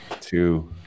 two